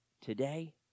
Today